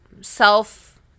self